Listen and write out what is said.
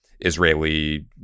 Israeli